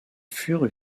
furent